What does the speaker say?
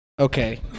Okay